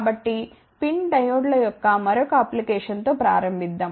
కాబట్టి PIN డయోడ్ల యొక్క మరొక అప్లికేషన్ తో ప్రారంభిద్దాం